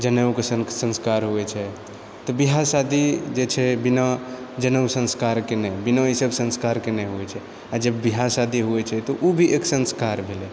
जेनेउके सन् संस्कार होइत छै तऽ ब्याह शादी जे छै बिना जनेउ संस्कारके नहि बिना ओहिसभ संस्कारके नहि होइत छै आ जब ब्याह शादी होइत छै तऽ ओ भी एक संस्कार भेलै